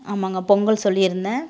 ஆமாங்க பொங்கல் சொல்லி இருந்தன்